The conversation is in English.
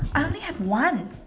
I only have one